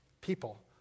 people